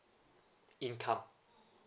income